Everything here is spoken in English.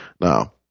Now